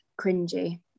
cringy